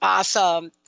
Awesome